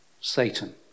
Satan